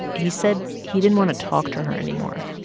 he said he didn't want to talk to her anymore.